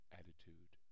attitude